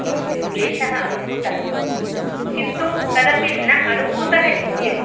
किञ्चित् क्लेशः अनुभूतः किन्तु तदपि न अनुभूतः इत्येव